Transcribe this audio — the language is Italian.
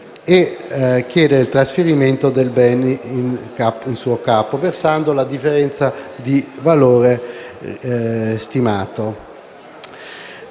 e chiedere il trasferimento dei beni in suo capo versando la differenza di valore stimato.